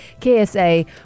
KSA